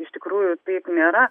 iš tikrųjų taip nėra